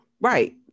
Right